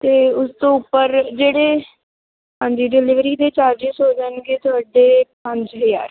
ਅਤੇ ਉਸ ਤੋਂ ਉੱਪਰ ਜਿਹੜੇ ਹਾਂਜੀ ਡਿਲੀਵਰੀ ਦੇ ਚਾਰਜਸ ਹੋ ਜਾਣਗੇ ਸਾਡੇ ਪੰਜ ਹਜ਼ਾਰ